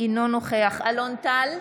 אינו נוכח אלון טל,